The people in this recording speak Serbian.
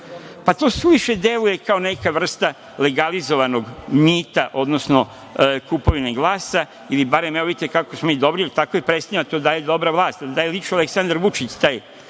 suviše deluje kao neka vrsta legalizovanog mita, odnosno kupovine glasa ili barem, evo vidite kako smo dobri, jer tako je i predstavljeno, to daje dobra vlast, daje lično Aleksandar Vučić tih